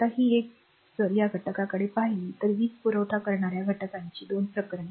आता ही एक जर या घटकाकडे पाहिली तर वीज पुरवठा करणार्या घटकाची 2 प्रकरणे